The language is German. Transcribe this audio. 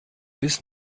bis